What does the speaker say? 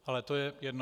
Ale to je jedno.